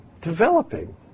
developing